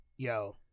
Yo